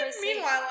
Meanwhile